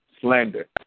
slander